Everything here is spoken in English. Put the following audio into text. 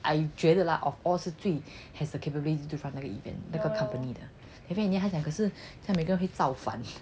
I 觉得 lah of all 是最 has the capability to run 那个 company maybe in the end 他讲每个人会造反